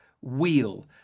wheel